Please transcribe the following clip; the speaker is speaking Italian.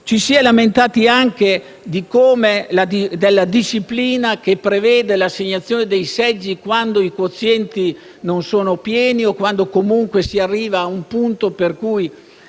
Ci si è lamentati anche della disciplina che prevede l'assegnazione dei seggi quando i quozienti non sono pieni o quando comunque si arriva a un punto per cui